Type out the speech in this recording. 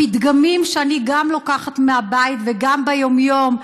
הפתגמים שאני גם לוקחת מהבית, וגם ביום-יום,